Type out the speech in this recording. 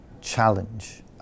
challenge